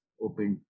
opened